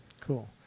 Cool